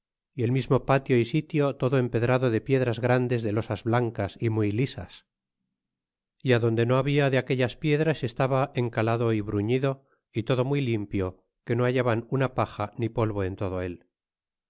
y el mismo patio y sitio todo empedrado de piedras grandes de losas blancas y muy lisas y adonde no habla de aquellas piedras estaba encalado y bruñido y todo muy limpio que no hallaran una paja ni polvo en todo él